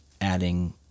adding